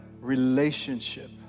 relationship